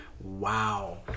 Wow